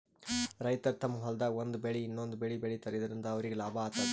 ರೈತರ್ ತಮ್ಮ್ ಹೊಲ್ದಾಗ್ ಒಂದ್ ಬೆಳಿ ಇನ್ನೊಂದ್ ಬೆಳಿ ಬೆಳಿತಾರ್ ಇದರಿಂದ ಅವ್ರಿಗ್ ಲಾಭ ಆತದ್